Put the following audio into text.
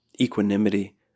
Equanimity